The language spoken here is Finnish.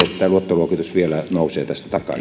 luottoluokitus vielä nousee tästä